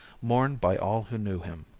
mourned by all who knew him.